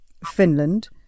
Finland